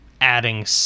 adding